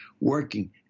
working